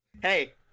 Hey